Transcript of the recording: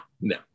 no